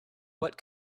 what